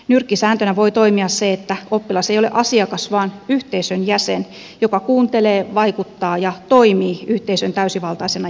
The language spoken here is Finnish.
nyrkkisääntönä voi toimia se että oppilas ei ole asiakas vaan yhteisön jäsen joka kuuntelee vaikuttaa ja toimii yhteisön täysivaltaisena jäsenenä